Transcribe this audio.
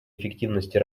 эффективности